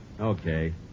Okay